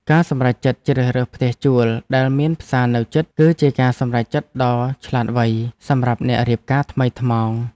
ការសម្រេចចិត្តជ្រើសរើសផ្ទះជួលដែលមានផ្សារនៅជិតគឺជាការសម្រេចចិត្តដ៏ឆ្លាតវៃសម្រាប់អ្នករៀបការថ្មីថ្មោង។